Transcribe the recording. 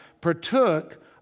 partook